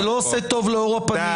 זה לא עושה טוב לעור הפנים.